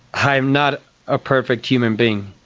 i'm not a perfect human being.